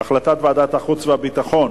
החלטת ועדת החוץ והביטחון,